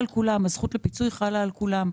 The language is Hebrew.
הזכות לפיצויים חלה על כולם.